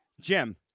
Jim